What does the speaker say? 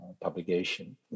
publication